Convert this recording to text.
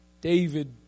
David